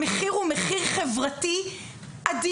המחיר הוא מחיר חברתי אדיר.